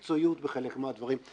צריך מקצועיות בחלק מהדברים.